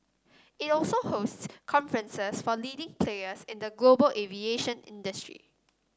it also hosts conferences for leading players in the global aviation industry